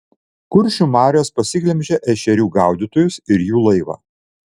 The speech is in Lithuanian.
kuršių marios pasiglemžė ešerių gaudytojus ir jų laivą